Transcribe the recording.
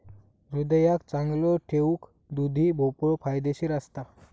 हृदयाक चांगलो ठेऊक दुधी भोपळो फायदेशीर असता